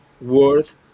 worth